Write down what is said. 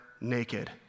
naked